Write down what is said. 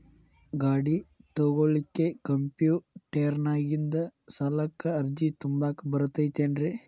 ಗಾಡಿ ತೊಗೋಳಿಕ್ಕೆ ಕಂಪ್ಯೂಟೆರ್ನ್ಯಾಗಿಂದ ಸಾಲಕ್ಕ್ ಅರ್ಜಿ ತುಂಬಾಕ ಬರತೈತೇನ್ರೇ?